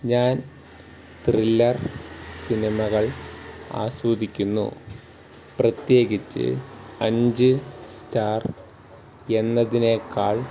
ഞാൻ ത്രില്ലർ സിനിമകൾ ആസ്വദിക്കുന്നു പ്രത്യേകിച്ചു അഞ്ച് സ്റ്റാർ എന്നതിനേക്കാൾ